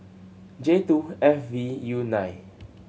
J two F V U nine